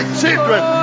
children